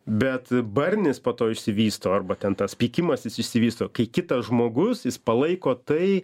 bet barnis po to išsivysto arba ten tas pykimasis jis išsivysto kai kitas žmogus jis palaiko tai